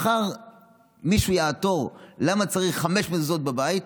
מחר מישהו יעתור למה צריך חמש מזוזות בבית,